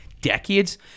decades